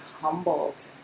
humbled